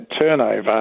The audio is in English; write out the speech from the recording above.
turnover